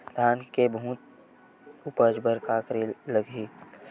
धान के बहुत उपज बर का करेला लगही?